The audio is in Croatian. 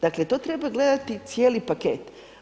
Dakle, to treba gledati cijeli paket.